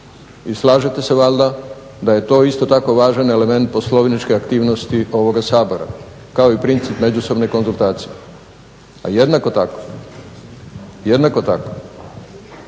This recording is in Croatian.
i slažete se valjda da je to isto tako važan element poslovničke aktivnosti ovoga sabora kao i princip međusobne konzultacije. A jednako tako, valjda